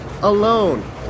Alone